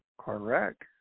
Correct